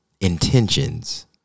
intentions